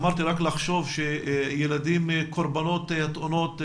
אמרתי, רק לחשוב שילדים קורבנות תאונות.